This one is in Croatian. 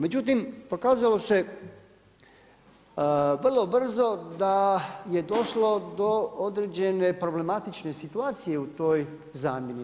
Međutim pokazalo se vrlo brzo da je došlo do određene problematične situacije u toj zamjene.